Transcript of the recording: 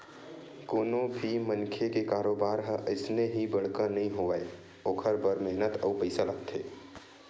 कोनो भी मनखे के कारोबार ह अइसने ही बड़का नइ होवय ओखर बर मेहनत अउ पइसा लागथे